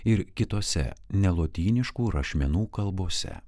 ir kitose nelotyniškų rašmenų kalbose